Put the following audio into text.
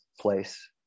place